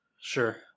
sure